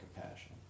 compassion